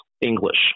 English